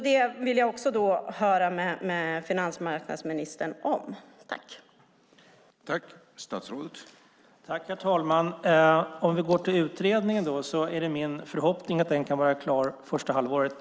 Detta vill jag också höra finansmarknadsministern säga någonting om.